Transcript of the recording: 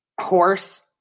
horse